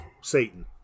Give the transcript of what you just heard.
satan